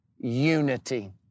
unity